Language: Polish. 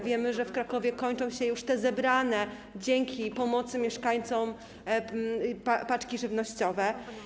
Wiemy, że w Krakowie kończą się już te zebrane dzięki pomocy mieszkańców paczki żywnościowe.